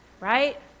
Right